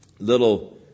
little